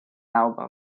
album